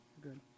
Good